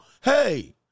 hey